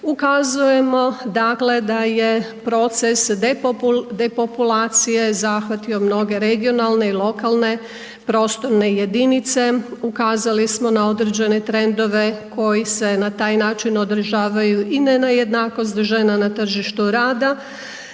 Ukazujemo dakle da je proces depopulacije zahvatio mnoge regionalne i lokalne prostorne jedinice. Ukazali smo na određene trendove koji se na taj način odražavaju i na nejednakost žena na tržištu rada.